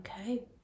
okay